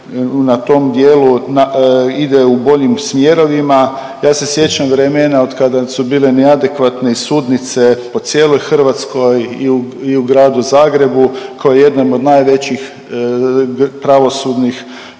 na tom dijelu ide u boljim smjerovima. Ja se sjećam vremena od kada su bile i neadekvatne i sudnice po cijeloj Hrvatskoj i u Gradu Zagrebu kao jednom od najvećih pravosudnih